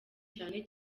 cyane